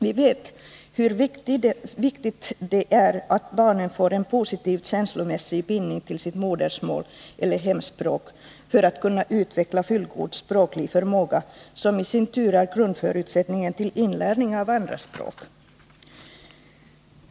Vi vet hur viktigt det är att barnen får en positiv känslomässig bindning till sitt modersmål eller hemspråk för att de skall kunna utveckla fullgod språklig förmåga, som i sin tur är grundförutsättningen för inlärning av andra språk.